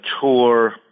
tour